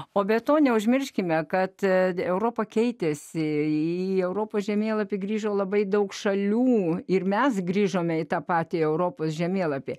o be to neužmirškime kad europa keitėsi į europos žemėlapį grįžo labai daug šalių ir mes grįžome į tą patį europos žemėlapį